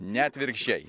ne atvirkščiai